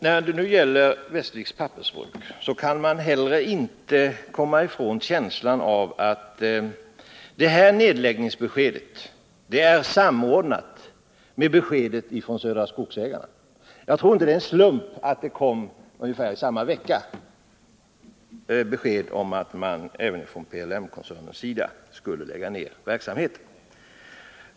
När det gäller Westerviks Pappersbruk kan man inte komma ifrån känslan av att detta nedläggningsbesked är samordnat med beskedet från Södra Skogsägarna. Jag tror inte att det är en slump att det ungefär samma vecka kom besked om att även PLM-koncernen skulle lägga ned verksamheten här.